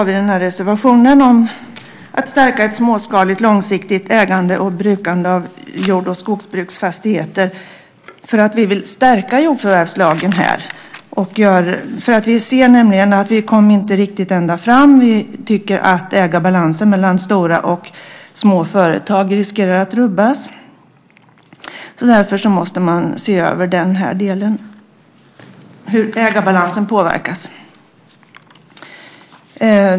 Vi har reservationen om att stärka ett småskaligt långsiktigt ägande och brukande av jord och skogsbruksfastigheter därför att vi vill stärka jordförvärvslagen. Vi ser nämligen att vi inte kommit riktigt ända fram. Vi tycker att ägarbalansen mellan stora och små företag riskerar att rubbas och att man därför måste se över hur ägarbalansen påverkas.